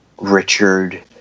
Richard